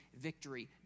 victory